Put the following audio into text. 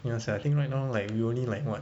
ya sia I think right now like we only like what